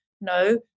no